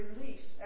release